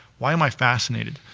why am i fascinated?